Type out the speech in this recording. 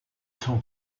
son